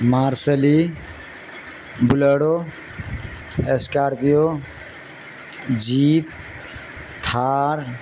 marshal bolero scorpio jeep Thar